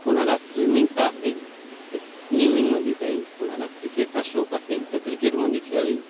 कोणाला स्विमिंगचा असेल तर स्विमिंगमध्ये जाईल कोणाला क्रिकेटचा शौक असेल तर क्रिकेटमध्ये खेळेल